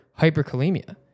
hyperkalemia